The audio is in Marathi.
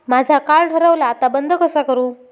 माझा कार्ड हरवला आता बंद कसा करू?